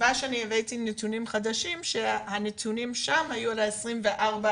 הסיבה שהבאתי נתונים חדשים היא שהנתונים בדו"ח נכונים